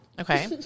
Okay